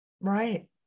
Right